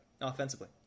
offensively